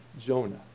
Jonah